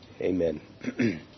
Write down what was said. Amen